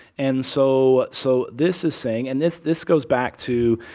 and so so this is saying and this this goes back to,